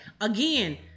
Again